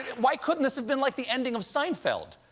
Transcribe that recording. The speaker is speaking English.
why couldn't this have been like the ending of seinfeld?